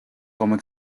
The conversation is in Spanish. como